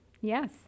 Yes